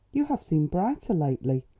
you have seemed brighter lately.